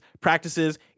practices